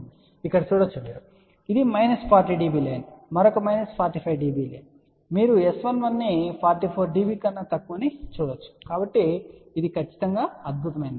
మీరు ఇక్కడ చూడవచ్చు ఇది మైనస్ 40 dB లైన్ మరొక మైనస్ 45 dB మీరు S11 మైనస్ 44 dB కన్నా తక్కువ అని చూడవచ్చు కాబట్టి ఇది ఖచ్చితంగా అద్భుతమైనది